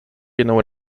jedną